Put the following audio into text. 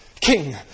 king